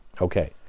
Okay